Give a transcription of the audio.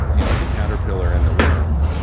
you know, the caterpillar and the worm,